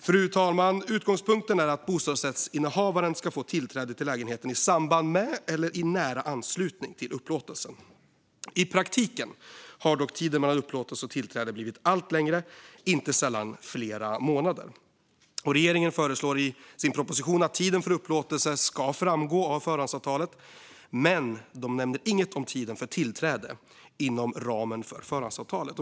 Fru talman! Utgångspunkten är att bostadsrättsinnehavaren ska få tillträde till lägenheten i samband med eller i nära anslutning till upplåtelsen. I praktiken har dock tiden mellan upplåtelse och tillträde blivit allt längre, inte sällan flera månader. Regeringen föreslår i sin proposition att tiden för upplåtelse ska framgå av förhandsavtalet, men de nämner inget om tiden för tillträde inom ramen för förhandsavtalet.